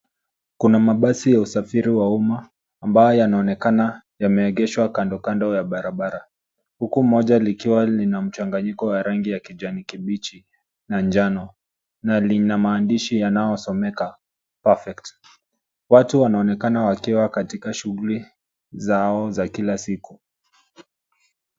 Kuna mabasi ya usafiri wa umma, ambayo yanaonekana yameegeshwa kando kando ya barabara, huku moja likiwa lina mchanganyiko wa rangi ya kijani kibichi na njano na lina maandishi yanayosomeka, Perfect. Watu wanaonekana wakiwa katika shughuli zao za kila siku.